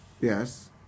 Yes